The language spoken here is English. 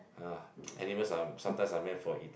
ah animals are sometimes are meant for eat